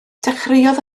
dechreuodd